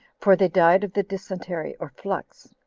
for they died of the dysentery or flux,